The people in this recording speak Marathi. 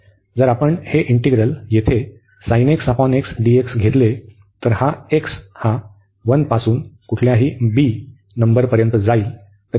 जर आपण हे इंटिग्रल येथे dx घेतले तर हा x हा 1 पासून कुठल्याही b नंबरपर्यंत जाईल